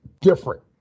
different